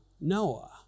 Noah